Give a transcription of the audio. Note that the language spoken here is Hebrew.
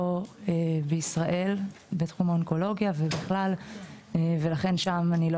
בישראל בתחום האונקולוגיה ובכלל ולכן שם אני לא